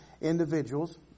individuals